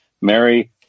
Mary